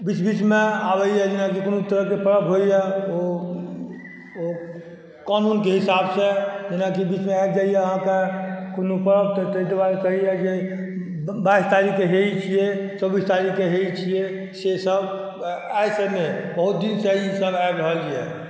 बीच बीचमे आबैए जेनाकि कोनो तरहके पर्व होइए ओ कानूनके हिसाबसँ जेनाकि बीचमे आबि जाइए अहाँके कोनो पर्व तऽ ताहि दुआरे कहैए जे बाइस तारीखके हेइ छिए चौबिस तारीखके हेइ छिए सेसब आइसँ नहि बहुत दिनसँ ईसब आबि रहल अइ